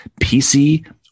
PC